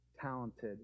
talented